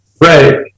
right